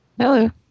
Hello